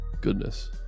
goodness